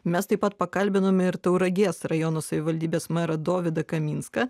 mes taip pat pakalbinome ir tauragės rajono savivaldybės merą dovydą kaminską